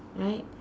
right